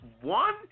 One